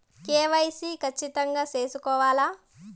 KYC ఖచ్చితంగా సేసుకోవాలా